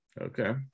Okay